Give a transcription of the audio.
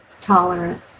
tolerant